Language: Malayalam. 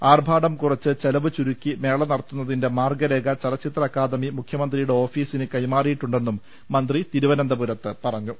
ആർഭാടം കുറച്ച് ചെലവ് ചുരുക്കി മേള നടത്തുന്നതിന്റെ മാർഗ്ഗു രേഖ ചലചിത്ര അക്കാദമി മുഖ്യമന്ത്രിയുടെ ഓഫീസിന് കൈമാറിയിട്ടു ണ്ടെന്നും മന്ത്രി തിരുവനന്തപുരത്ത് പറഞ്ഞു